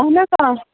اہن حظ آ